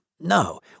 No